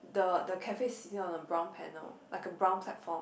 the the cafe is sitting on a brown panel like a brown platform